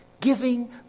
giving